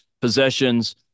Possessions